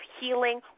healing